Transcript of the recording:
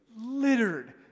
littered